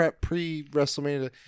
pre-WrestleMania